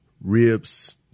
ribs